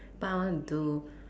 but I want to do